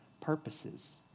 purposes